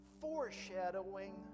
foreshadowing